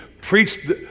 preached